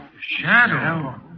shadow